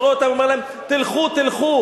הוא רואה אותם והוא אומר להם: תלכו, תלכו.